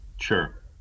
Sure